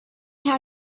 how